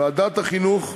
ועדת החינוך,